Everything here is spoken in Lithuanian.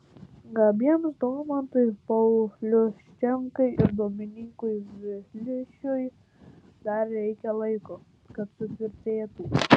gabiems domantui pauliuščenkai ir dominykui viliušiui dar reikia laiko kad sutvirtėtų